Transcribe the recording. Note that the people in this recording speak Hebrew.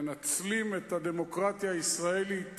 מנצלים את הדמוקרטיה הישראלית